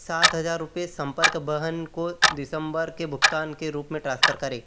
सात हज़ार रुपये संपर्क बहन को दिसंबर के भुगतान के रूप में ट्रांसफर करें